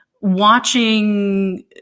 watching